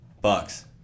Bucks